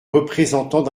représentants